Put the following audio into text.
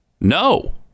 no